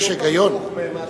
יש היגיון,